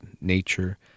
nature